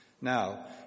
Now